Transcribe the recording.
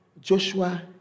Joshua